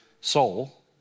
soul